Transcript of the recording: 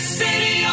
city